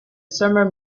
summer